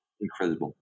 Incredible